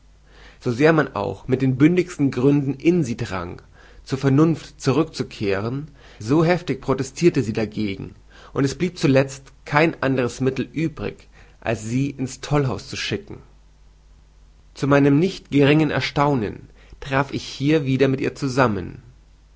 so sehr man auch mit den bündigsten gründen in sie drang zur vernunft zurückzukehren so heftig protestirte sie dagegen und es blieb zuletzt kein anderes mittel übrig als sie ins tollhaus zu schicken zu meinem nicht geringen erstaunen traf ich hier wieder mit ihr zusammen